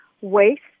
waste